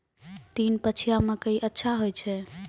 तीन पछिया मकई अच्छा होय छै?